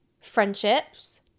friendships